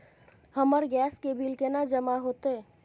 हमर गैस के बिल केना जमा होते?